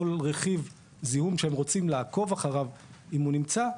כל רכיב זיהום שהם רוצים לעקוב אחריו אם הוא נמצא,